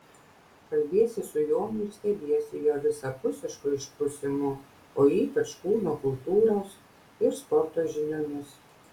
kalbiesi su jonu ir stebiesi jo visapusišku išprusimu o ypač kūno kultūros ir sporto žiniomis